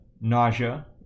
nausea